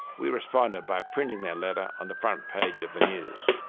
we responded by printing their letter on the front page of the news.